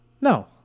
No